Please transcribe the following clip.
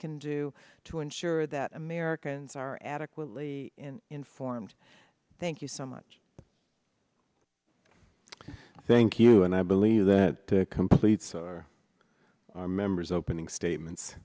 can do to ensure that americans are adequately informed thank you so much i thank you and i believe that completes our members opening statements